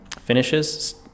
finishes